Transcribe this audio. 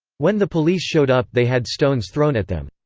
when the police showed up they had stones thrown at them.